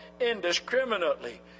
indiscriminately